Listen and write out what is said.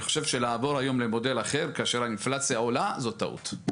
אני חושב שלעבור היום למודל אחר דווקא כאשר האינפלציה עולה זאת טעות.